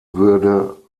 würde